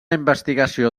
investigació